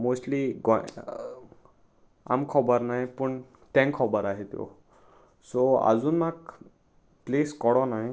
mostly गोंय आमका खबर नाय पूण तें खबर आसा त्यो सो आजून म्हाका प्लेस कोडो नाय